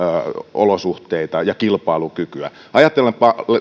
olosuhteita ja kilpailukykyä ajatellaanpa